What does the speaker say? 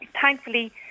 thankfully